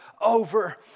over